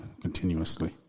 continuously